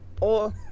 or-